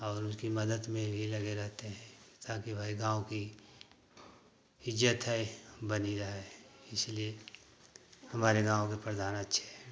और उसकी मदद में भी लगे रहते हैं ताकि भाई गाँव की इज्जत है बनी रहे इसलिए हमारे गाँव के प्रधान अच्छे हैं